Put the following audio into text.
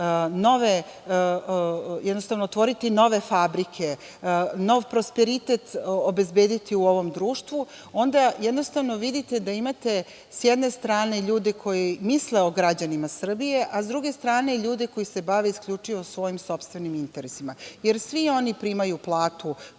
nove investitore, otvoriti nove fabrike, nov prosperitet obezbediti u ovom društvu, onda jednostavno vidite da imate sa jedne strane ljude koji misle o građanima Srbije, a sa druge strane ljude koji se bave isključivo svojim sopstvenim interesima. Jer, svi oni primaju platu